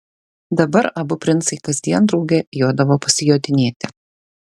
dabar abu princai kasdien drauge jodavo pasijodinėti